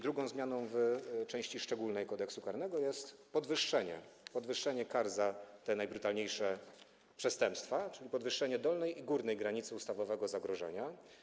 Drugą zmianą w części szczególnej Kodeksu karnego jest podwyższenie kar za te najbrutalniejsze przestępstwa, czyli podwyższenie dolnej i górnej granicy ustawowego zagrożenia.